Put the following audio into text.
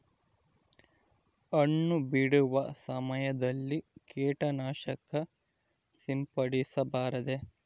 ಹಣ್ಣು ಬಿಡುವ ಸಮಯದಲ್ಲಿ ಕೇಟನಾಶಕ ಸಿಂಪಡಿಸಬಾರದೆ?